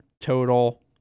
total